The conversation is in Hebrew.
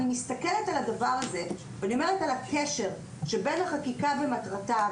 אני מסתכלת על הקשר שבין החקיקה ומטרתה,